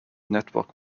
network